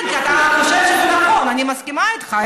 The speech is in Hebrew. כן, אתה חושב שזה נכון, אני מסכימה איתך.